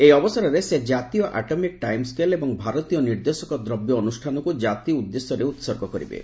ଏହି ଅବସରରେ ସେ ଜାତୀୟ ଆଟମିକ ଟାଇମ ସ୍କେଲ୍ ଏବଂ ଭାରତୀୟ ନିର୍ଦ୍ଦେଶକ ଦ୍ରବ୍ୟ ଅନୁଷ୍ଠାନକୁ ଜାତି ଉଦ୍ଦେଶ୍ୟରେ ଉହର୍ଗ କରିବେ